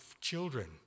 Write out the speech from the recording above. children